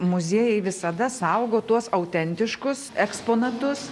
muziejai visada saugo tuos autentiškus eksponatus